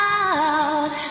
out